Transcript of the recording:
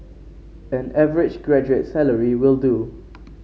an average graduate's salary will do